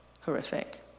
horrific